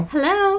Hello